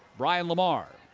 brian lamar.